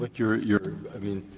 but you're you're i mean,